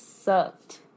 sucked